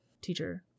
teacher